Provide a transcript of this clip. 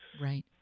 Right